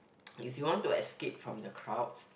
if you want to escape from the crowds